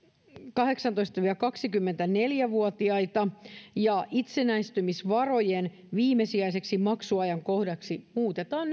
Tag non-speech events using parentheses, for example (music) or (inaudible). kahdeksantoista viiva kaksikymmentäneljä vuotiaita ja itsenäistymisvarojen viimesijaiseksi maksuajankohdaksi muutetaan (unintelligible)